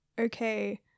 okay